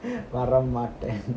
வர மாட்டேன்:vara maten